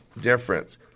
difference